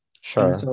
sure